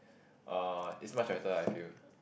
uh is much better I feel